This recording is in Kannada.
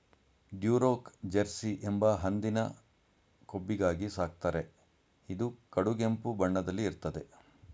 ಡ್ಯುರೋಕ್ ಜೆರ್ಸಿ ಎಂಬ ಹಂದಿನ ಕೊಬ್ಬಿಗಾಗಿ ಸಾಕ್ತಾರೆ ಇದು ಕಡುಗೆಂಪು ಬಣ್ಣದಲ್ಲಿ ಇರ್ತದೆ